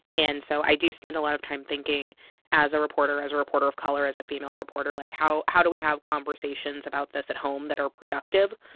and so i do spend a lot of time thinking as a reporter, as a reporter of color, as a female reporter, like, how how do we have conversations about this at home that are productive?